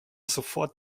sofort